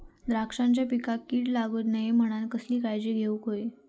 द्राक्षांच्या पिकांक कीड लागता नये म्हणान कसली काळजी घेऊक होई?